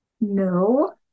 No